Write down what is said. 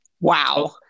Wow